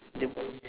japan